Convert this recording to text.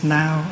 now